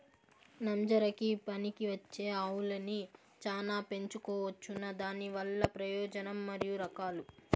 నంజరకి పనికివచ్చే ఆవులని చానా పెంచుకోవచ్చునా? దానివల్ల ప్రయోజనం మరియు రకాలు?